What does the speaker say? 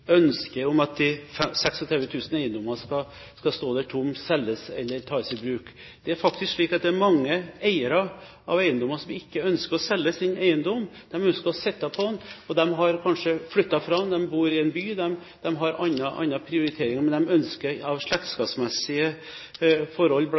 ønsket om de 36 000 eiendommene skal stå der tomme, selges eller tas i bruk. Det er faktisk mange eiere som ikke ønsker å selge sin eiendom. De ønsker å sitte på den. De har kanskje flyttet fra den, bor i en by og har andre prioriteringer, men de ønsker av